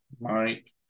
Mike